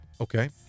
Okay